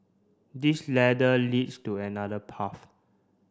this ladder leads to another path